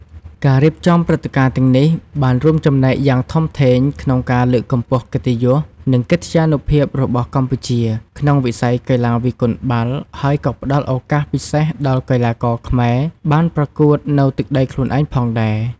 ការរៀបចំព្រឹត្តិការណ៍ទាំងនេះបានរួមចំណែកយ៉ាងធំធេងក្នុងការ លើកកម្ពស់កិត្តិយស និងកិត្យានុភាពរបស់កម្ពុជា ក្នុងវិស័យកីឡាវាយកូនបាល់ ហើយក៏ផ្តល់ឱកាសពិសេសដល់កីឡាករខ្មែរបានប្រកួតនៅទឹកដីខ្លួនឯងផងដែរ។